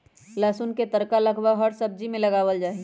लहसुन के तड़का लगभग हर सब्जी में लगावल जाहई